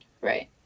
Right